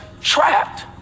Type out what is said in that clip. trapped